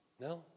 No